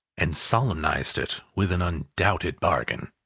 and solemnised it with an undoubted bargain.